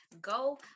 Go